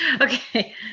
Okay